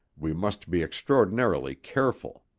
we must be extraordinarily careful.